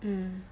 mm